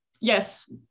yes